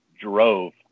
drove